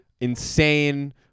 insane